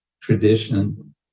tradition